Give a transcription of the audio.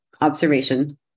observation